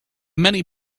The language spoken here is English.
many